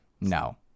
No